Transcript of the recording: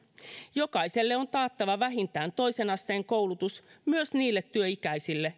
jokaiselle on taattava vähintään toisen asteen koulutus myös niille työikäisille